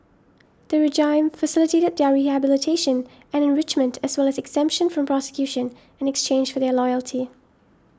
the regime facilitated their rehabilitation and enrichment as well as exemption from prosecution in exchange for their loyalty